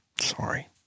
Sorry